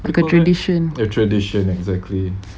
like a tradition